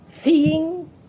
seeing